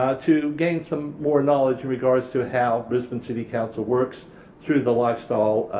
ah to gain some more knowledge in regard to how brisbane city council works through the lifestyle